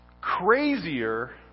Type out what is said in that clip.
crazier